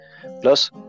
Plus